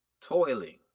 toiling